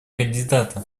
кандидата